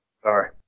sorry